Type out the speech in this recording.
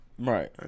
Right